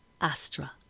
Astra